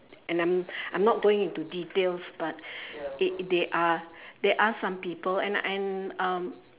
and I'm I'm not going into details but it there are there are some people and and um